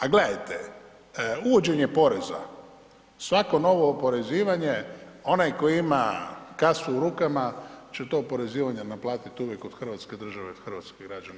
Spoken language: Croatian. A gledajte, uvođenje poreza svako novo oporezivanje, onaj koji ima kasu u rukama će to oporezivanje naplatit uvijek od hrvatske države i od hrvatskih građana.